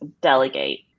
delegate